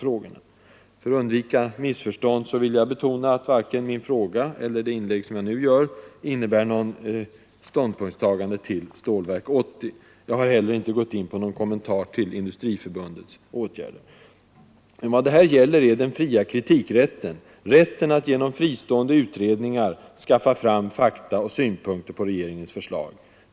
För att undvika missförstånd vill jag betona att varken min fråga eller det inlägg som jag nu gör innebär något ståndpunktstagande till Stålverk 80. Jag har heller inte gått in på någon kommentar till Industriförbundets åtgärder. Vad det här gäller är den fria kritikrätten, rätten att genom fristående utredningar skaffa fram fakta och synpunkter på regeringens förslag.